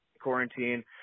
quarantine